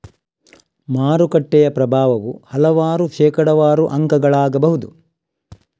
ಮಾರುಕಟ್ಟೆಯ ಪ್ರಭಾವವು ಹಲವಾರು ಶೇಕಡಾವಾರು ಅಂಕಗಳಾಗಬಹುದು